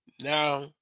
now